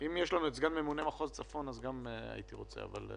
אם יש את סגן ממונה מחוז צפון, את סאלח